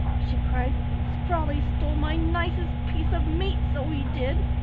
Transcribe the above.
she cried, sprawley stole my nicest piece of meat, so he did.